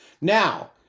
Now